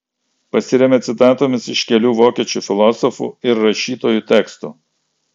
pasiremia citatomis iš kelių vokiečių filosofų ir rašytojų tekstų